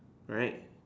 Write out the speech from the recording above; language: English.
right